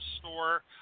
store